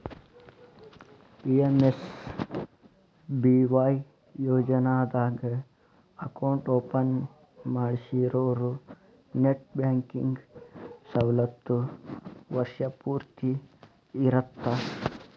PMSBY ಯೋಜನಾದಾಗ account open ಮಾಡ್ಸಿರೋರು net banking ಸವಲತ್ತು ವರ್ಷ್ ಪೂರ್ತಿ ಇರತ್ತ